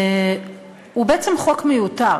הוא בעצם חוק מיותר,